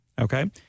okay